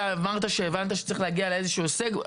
אתה אמרת שהבנת שצריך להגיע לאיזשהו הישג.